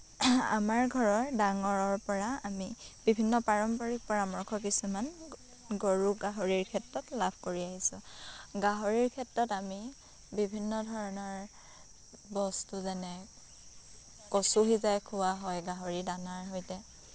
আমাৰ ঘৰৰ ডাঙৰৰ পৰা আমি বিভিন্ন পাৰম্পৰিক পৰামৰ্শ কিছুমান গৰু গাহৰিৰ ক্ষেত্ৰত লাভ কৰি আহিছোঁ গাহৰিৰ ক্ষেত্ৰত আমি বিভিন্ন ধৰণৰ বস্তু যেনে কচু সিজাই খুওৱা হয় গাহৰিৰ দানাৰ সৈতে